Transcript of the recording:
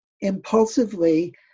impulsively